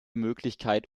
möglichkeit